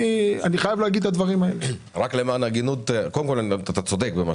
קודם כל, אתה צודק.